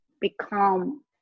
become